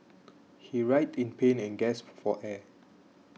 he writhed in pain and gasped for air